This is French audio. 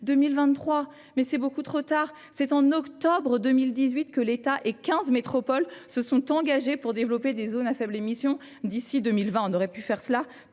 2023, mais c'est là encore beaucoup trop tard ! C'est en octobre 2018 que l'État et quinze métropoles se sont engagés pour développer des zones à faibles émissions d'ici à 2020. On aurait pu faire tout